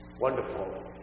wonderful